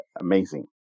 amazing